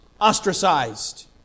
ostracized